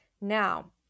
Now